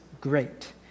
great